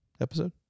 episode